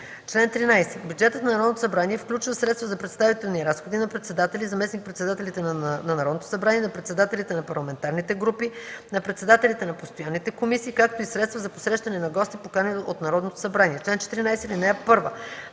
Чл. 13. Бюджетът на Народното събрание включва средства за представителни разходи на председателя и заместник-председателите на Народното събрание, на председателите на парламентарните групи, на председателите на постоянните комисии, както и средства за посрещане на гости, поканени от Народното събрание. Чл. 14. (1) При